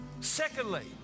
Secondly